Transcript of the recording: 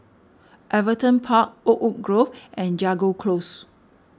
Everton Park Oakwood Grove and Jago Close